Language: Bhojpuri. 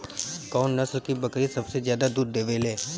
कौन नस्ल की बकरी सबसे ज्यादा दूध देवेले?